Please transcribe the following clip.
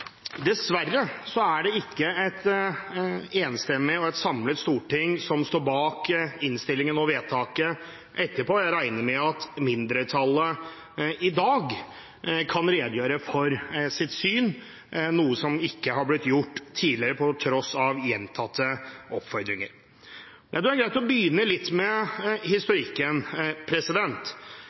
Dessverre er det ikke et enstemmig og samlet storting som står bak innstillingen og vedtaket senere. Jeg regner med at mindretallet i dag kan redegjøre for sitt syn, noe som ikke har blitt gjort tidligere, på tross av gjentatte oppfordringer. Jeg tror det er greit å begynne litt med